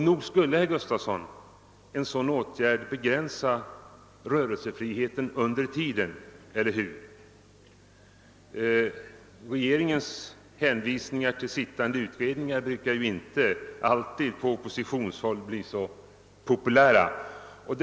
Nog skulle, herr Gustafson, en sådan utredning begränsa rörelsefriheten under tiden, eller hur? Regeringens hänvisningar till sittande utredningar brukar ju inte alltid vara så populära på oppositionshåll.